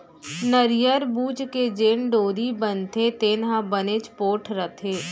नरियर बूच के जेन डोरी बनथे तेन ह बनेच पोठ रथे